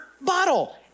bottle